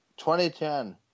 2010